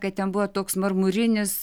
kad ten buvo toks marmurinis